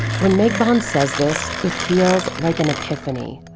when meg bond says this, it feels like an epiphany.